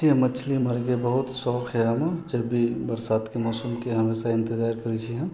मछली मारैके बहुत शौक हय हमे जब भी बरसातके मौसमके हमेशा इन्तजार करै छी हम